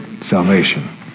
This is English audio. salvation